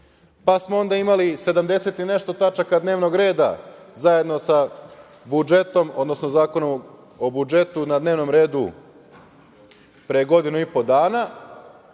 smo onda imali sedamdeset i nešto tačaka dnevnog reda zajedno sa budžetom, odnosno Zakonom o budžetu na dnevnom redu pre godinu i po dana.